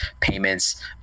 payments